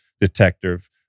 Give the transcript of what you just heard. detective